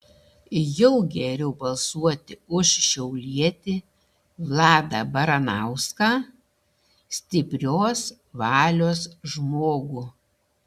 jau geriau balsuoti už šiaulietį vladą baranauską stiprios valios žmogų